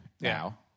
now